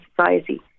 society